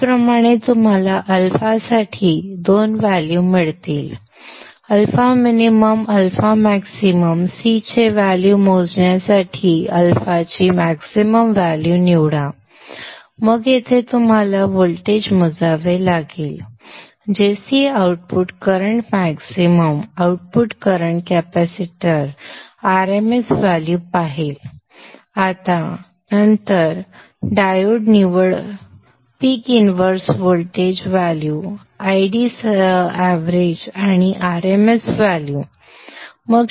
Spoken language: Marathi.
त्याचप्रमाणे तुम्हाला अल्फा साठी 2 व्हॅल्यू मिळतील alpha min alpha max C चे व्हॅल्यू मोजण्यासाठी अल्फा ची मॅक्सिमम व्हॅल्यू निवडा मग येथे तुम्हाला व्होल्टेज मोजावे लागेल जे C output current maximum output current capacitor RMS value पाहेल आणि नंतर डायोड निवड peak inverse voltage value ID सरासरी आणि RMS व्हॅल्यू